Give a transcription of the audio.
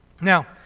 Now